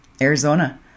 Arizona